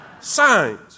signs